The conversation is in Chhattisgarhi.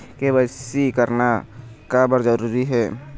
के.वाई.सी करना का बर जरूरी हे?